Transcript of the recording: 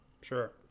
Sure